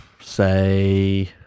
Say